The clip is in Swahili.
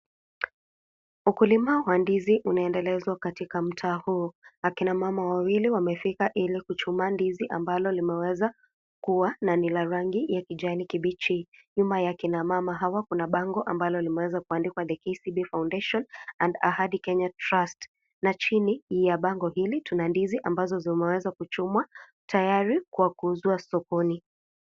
Ukulima wa ndizi unandelezwa katika mtaa huu, akina mama wawili wamefika ili kuchuma ndizi ambalo limeweza, kuwa, na ni la rangi ya kijani kibichi, nyuma ya akina ama hawa kuna bango ambalo limeweza kuandikwa (cs)the E C D foundation, and Ahadi Kenya trust(cs), nachini ya bango hili, tuna ndizi ambazo zimeweza kuchumwa, tayari, kwa kuuziwa sikoni.